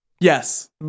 Yes